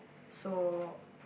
so